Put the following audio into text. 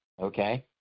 Okay